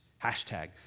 Hashtag